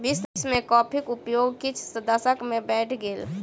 विश्व में कॉफ़ीक उपयोग किछ दशक में बैढ़ गेल